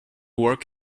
work